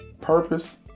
purpose